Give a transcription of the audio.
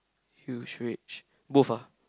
huge rage both ah